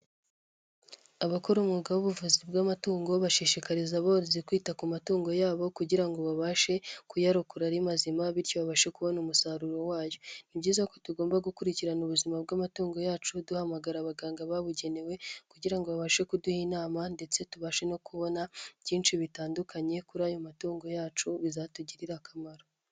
Abakora umwuga w'ubuvuzi bw'amatungo bashishikariza aborozi kwita ku matungo yabo kugira ngo babashe kuyarokora ari mazima bityo babashe kubona umusaruro wayo, ni byiza ko tugomba gukurikirana ubuzima bw'amatungo yacu duhamagara abaganga babugenewe, kugira babashe kuduha inama ndetse tubashe no kubona byinshi bitandukanye kuri ayo matungo yacu bizatugirira akamaro.